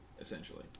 Essentially